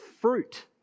fruit